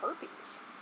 herpes